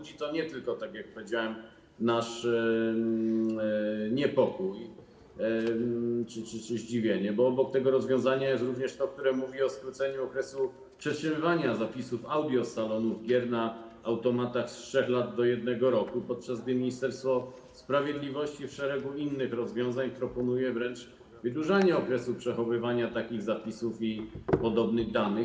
Budzi to nie tylko, tak jak powiedziałem, nasz niepokój, ale również zdziwienie, bo obok tego rozwiązania jest również to, które mówi o skróceniu okresu przetrzymywania zapisów audio z salonów gier na automatach z 3 lat do 1 roku, podczas gdy Ministerstwo Sprawiedliwości w szeregu innych rozwiązań proponuje wręcz wydłużanie okresu przechowywania takich zapisów i podobnych danych.